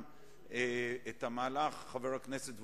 אותם חלקים של החוק שכבר עבר בכנסת,